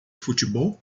futebol